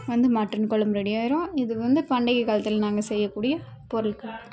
வந்து மட்டன் குழம்பு ரெடி ஆகிரும் இது வந்து பண்டைய காலத்தில் நாங்கள் செய்யக்கூடிய பொருள்கள்